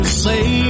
say